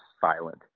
silent